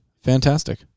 fantastic